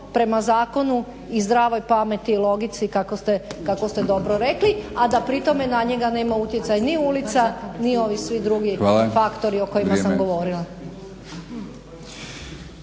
prema zakonu i zdravoj pameti i logici kako ste dobro rekli a da pri tome na njega nema utjecaj ni ulica ni ovi svi drugi faktori o kojima sam govorila.